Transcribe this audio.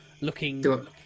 Looking